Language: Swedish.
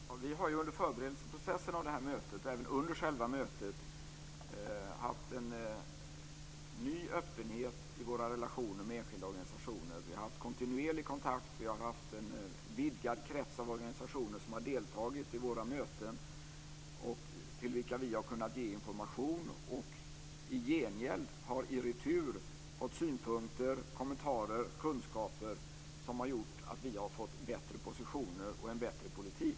Herr talman! Vi har ju under förberedelseprocessen inför det här mötet och även under själva mötet haft en ny öppenhet i våra relationer till enskilda organisationer. Vi har haft kontinuerlig kontakt, och det har varit en vidgad krets av organisationer som har deltagit i våra möten till vilka vi har kunnat ge information. I gengäld har vi fått synpunkter, kommentarer och kunskaper som har gjort att vi har fått bättre positioner och en bättre politik.